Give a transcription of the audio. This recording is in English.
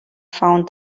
found